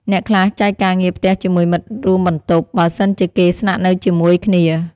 អ្នកខ្លះចែកការងារផ្ទះជាមួយមិត្តរួមបន្ទប់ បើសិនជាគេស្នាក់នៅជាមួយគ្នា។